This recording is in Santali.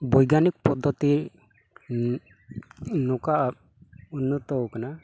ᱵᱳᱭᱜᱟᱱᱤᱠ ᱯᱚᱫᱽᱫᱷᱚᱛᱤ ᱱᱚᱝᱠᱟ ᱩᱱᱱᱚᱛᱚ ᱟᱠᱟᱱᱟ